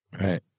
right